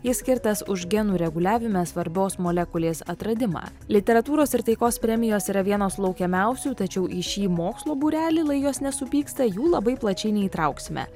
jis skirtas už genų reguliavime svarbios molekulės atradimą literatūros ir taikos premijos yra vienos laukiamiausių tačiau į šį mokslo būrelį lai jos nesupyksta jų labai plačiai neįtrauksime